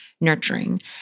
nurturing